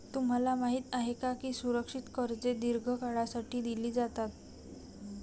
तुम्हाला माहित आहे का की सुरक्षित कर्जे दीर्घ काळासाठी दिली जातात?